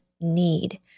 need